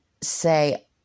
say